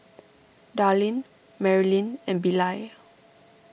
Darlyne Marylyn and Bilal